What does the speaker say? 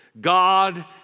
God